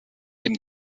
dem